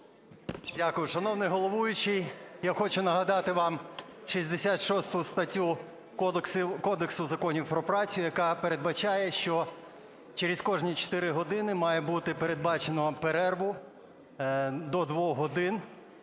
Дякую. Шановний головуючий, я хочу нагадати вам 66 статтю Кодексу законів про працю, яка передбачає, що через кожні 4 години має бути передбачено перерву до 2-х годин,